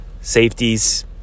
Safeties